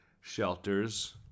shelters